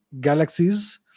galaxies